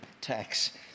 tax